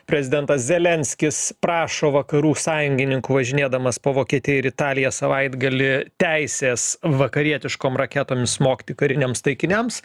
prezidentas zelenskis prašo vakarų sąjungininkų važinėdamas po vokietiją ir italiją savaitgalį teisės vakarietiškom raketom smogti kariniams taikiniams